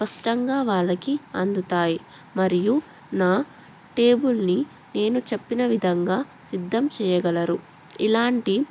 స్పష్టంగా వాళ్ళకి అందుతాయి మరియు నా టేబుల్ని నేను చెప్పిన విధంగా సిద్ధం చేయగలరు ఇలాంటి